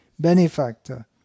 benefactor